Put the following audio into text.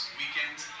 weekends